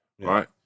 right